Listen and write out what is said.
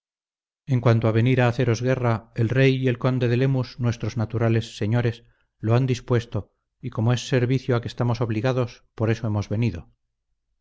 en cuanto a venir a haceros guerra el rey y el conde de lemus nuestros naturales señores lo han dispuesto y como es servicio a que estamos obligados por eso hemos venido